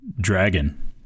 dragon